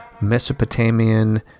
Mesopotamian